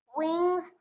wings